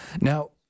Now